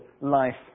life